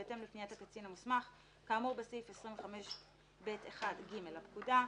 בהתאם לפניית הקצין המוסמך כאמור בסעיף 25ב1(ג) לפקודה.